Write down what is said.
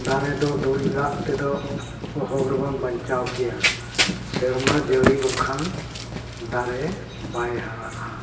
ᱫᱟᱨᱮ ᱫᱚ ᱫᱩᱞ ᱫᱟᱜ ᱛᱮᱫᱚ ᱚᱦᱚᱜᱮᱵᱚᱱ ᱵᱟᱧᱪᱟᱣ ᱠᱮᱭᱟ ᱥᱮᱨᱢᱟ ᱡᱟᱹᱲᱤ ᱵᱟᱝᱠᱷᱟᱱ ᱫᱟᱨᱮ ᱵᱟᱭ ᱦᱟᱨᱟᱜᱼᱟ